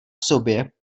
sobě